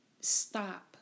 stop